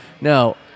no